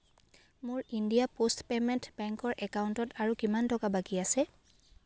মোৰ India post payment বেংকৰ একাউণ্টত আৰু কিমান টকা বাকী আছে